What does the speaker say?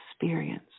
experience